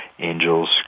Angels